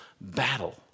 battle